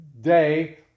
day